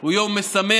הוא יום משמח,